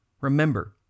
Remember